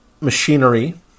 machinery